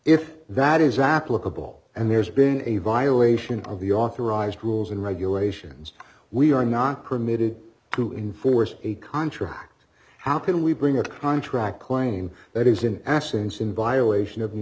if that is applicable and there's been a violation of the authorized rules and regulations we are not permitted to enforce a contract how can we bring a contract claim that is in essence in violation of new